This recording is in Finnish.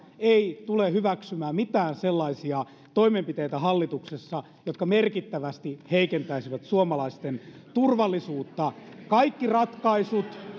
ei tule hyväksymään hallituksessa mitään sellaisia toimenpiteitä jotka merkittävästi heikentäisivät suomalaisten turvallisuutta kaikki ratkaisut